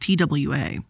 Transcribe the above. TWA